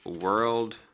World